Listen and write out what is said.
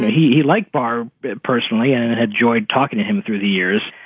he like barr personally and and had joyed talking to him through the years.